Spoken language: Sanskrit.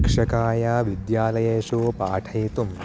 शिक्षकाय विद्यालयेषु पाठयितुम्